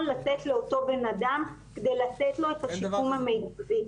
לתת לאותו בן אדם כדי לתת לו את השיקום המיטבי.